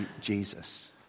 Jesus